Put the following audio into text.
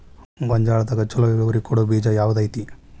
ಗೊಂಜಾಳದಾಗ ಛಲೋ ಇಳುವರಿ ಕೊಡೊ ಬೇಜ ಯಾವ್ದ್ ಐತಿ?